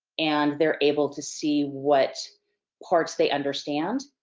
and they're able to see what parts they understand,